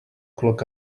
clog